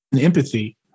empathy